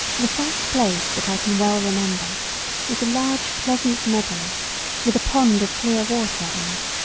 the first place that i can well remember was a large pleasant meadow with a pond of clear water in it.